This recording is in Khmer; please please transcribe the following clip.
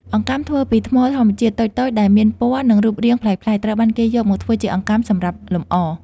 អង្កាំធ្វើពីថ្មធម្មជាតិ តូចៗដែលមានពណ៌ និងរូបរាងប្លែកៗ ត្រូវបានគេយកមកធ្វើជាអង្កាំសម្រាប់លម្អ។